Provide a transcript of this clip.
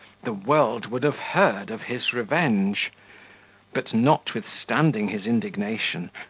the world would have heard of his revenge but, notwithstanding his indignation,